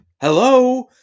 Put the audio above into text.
hello